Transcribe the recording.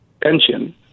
pension